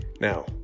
Now